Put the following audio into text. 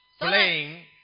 playing